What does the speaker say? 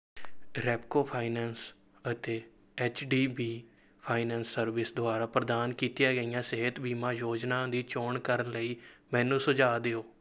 Repco finance ਅਤੇ H D B finance service ਦੁਆਰਾ ਪ੍ਰਦਾਨ ਕੀਤੀਆਂ ਗਈਆਂ ਸਿਹਤ ਬੀਮਾ ਯੋਜਨਾ ਦੀ ਚੋਣ ਕਰਨ ਲਈ ਮੈਨੂੰ ਸੁਝਾਅ ਦਿਓ